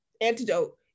antidote